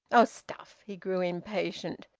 oh! stuff! he grew impatient.